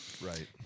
Right